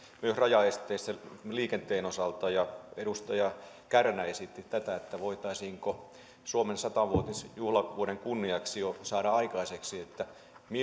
myös rajaesteistä liikenteen osalta edustaja kärnä esitti että voitaisiinko suomen sata vuotisjuhlavuoden kunniaksi jo saada aikaiseksi